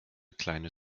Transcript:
kleine